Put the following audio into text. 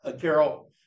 Carol